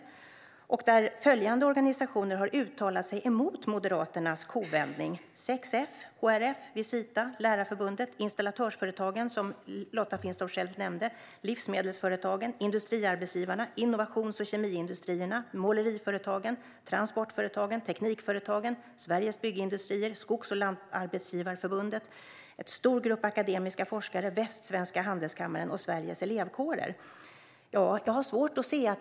Vidare har följande organisationer har uttalat sig emot Moderaternas kovändning: 6F, HRF, Visita, Lärarförbundet, Installatörsföretagen, som Lotta Finstorp själv nämnde, Livsmedelsföretagen, Industriarbetsgivarna, Innovations och Kemiindustrierna, Måleriföretagen, Transportföretagen, Teknikföretagen, Sveriges Byggindustrier, Skogs och Lantarbetsgivareförbundet, en stor grupp akademiska forskare, Västsvenska Handelskammaren och Sveriges Elevkårer.